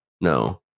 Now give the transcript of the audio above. No